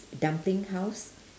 dumpling house